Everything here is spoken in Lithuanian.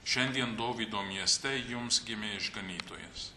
šiandien dovydo mieste jums gimė išganytojas